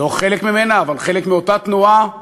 לא חלק ממנה, אבל חלק מאותה תנועה,